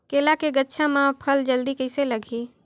केला के गचा मां फल जल्दी कइसे लगही?